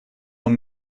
will